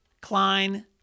Klein